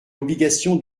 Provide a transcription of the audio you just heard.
obligation